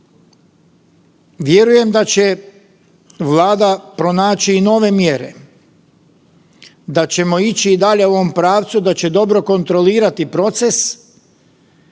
vjerujem da će Vlada pronaći i nove mjere, da ćemo ići i dalje u ovom pravcu, da će dobro kontrolirati proces